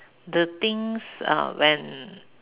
the things uh when